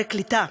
אבל הקליטה,